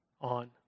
on